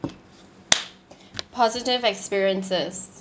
positive experiences